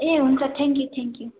ए हुन्छ thank you thank you